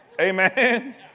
Amen